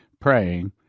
praying